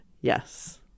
yes